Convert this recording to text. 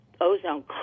ozone